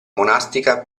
monastica